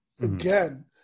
again